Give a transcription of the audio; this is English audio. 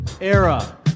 era